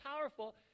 powerful